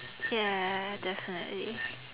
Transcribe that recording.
ya definitely